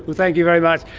thank you very much.